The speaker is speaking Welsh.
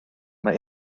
mae